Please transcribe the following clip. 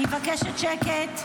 אני מבקשת שקט.